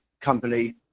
company